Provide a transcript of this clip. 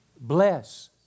bless